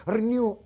Renew